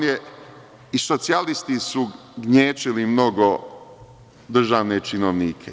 I socijalisti su gnječili mnogo državne činovnike.